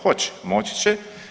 Hoće, moći će.